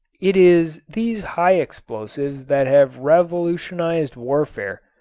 it is these high explosives that have revolutionized warfare.